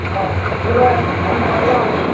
ହଁ ବେଲେ ଧାନ୍ ପାଚ୍ବା